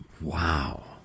Wow